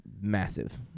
massive